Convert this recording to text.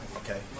okay